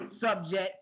subject